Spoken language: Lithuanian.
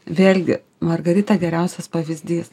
vėlgi margarita geriausias pavyzdys